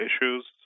issues